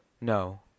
No